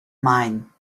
mine